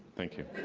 thank you.